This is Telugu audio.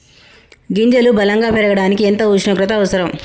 గింజలు బలం గా పెరగడానికి ఎంత ఉష్ణోగ్రత అవసరం?